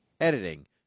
Editing